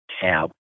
tab